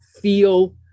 feel